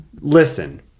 Listen